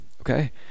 okay